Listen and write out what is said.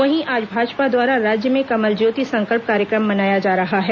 वहीं आज भाजपा द्वारा राज्य में कमल ज्योति संकल्प कार्यक्रम मनाया जा रहा है